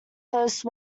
hosts